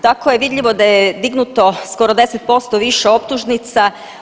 Tako je vidljivo da je dignuto skoro 10% više optužnica.